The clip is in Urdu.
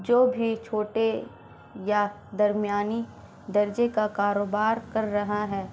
جو بھی چھوٹے یا درمیانی درجے کا کاروبار کر رہا ہے